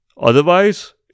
Otherwise